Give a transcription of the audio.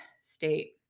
state